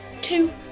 two